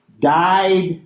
Died